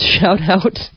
shout-out